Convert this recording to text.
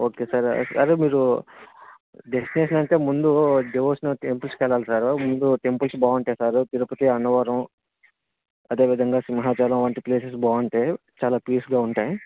okay sir అదే మీరు destination అయితే ముందు డివోషనల్ టెంపుల్స్కు వెళ్ళాలి సారు టెంపుల్స్ బాగుంటాయి సారు ముందు తిరుపతి అన్నవరం అదే విధంగా సింహాచలం వంటి ప్లేసెస్ బాగుంటాయి చాలా పీస్గా ఉంటాయి